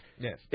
Yes